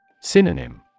Synonym